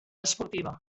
esportiva